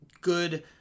good